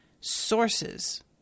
sources